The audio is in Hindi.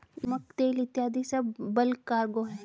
नमक, तेल इत्यादी सब बल्क कार्गो हैं